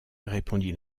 répondit